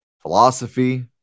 philosophy